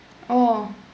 oh